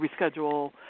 reschedule